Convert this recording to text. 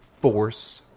Force